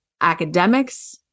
academics